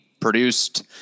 produced